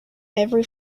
every